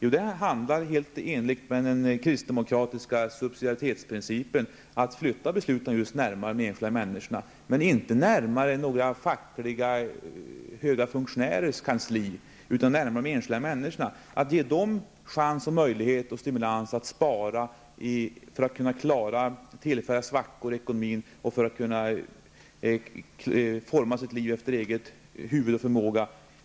Vi handlar helt i enlighet med den kristdemokratiska subsidiaritetsprincipen, som går ut på att flytta besluten närmare de enskilda människorna. Däremot skall de inte flyttas närmare höga fackliga funktionärers kanslier. De enskilda människorna måste ges möjlighet och stimulans att spara för att kunna klara tillfälliga svackor i ekonomin och för att kunna forma sitt liv efter eget huvud och egen förmåga.